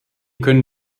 können